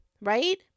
right